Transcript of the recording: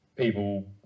People